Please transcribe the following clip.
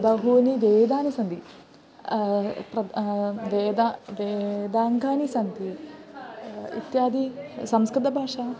बहवः वेदाः सन्ति प्रब् वेदाः देदाङ्गानि सन्ति इत्यादयः संस्कृतभाषायाम्